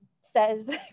says